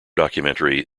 documentary